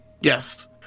Yes